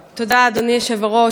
תודה, אדוני היושב-ראש.